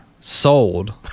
sold